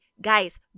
guys